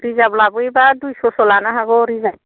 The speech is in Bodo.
रिजाभ लाबोयोबा दुइस'सो लानो हागौ रिजाभाव